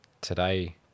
today